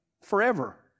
forever